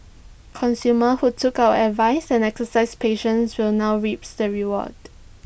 consumers who took our advice and exercised patience will now reap the rewards